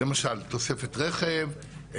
למשל תוספת רכב,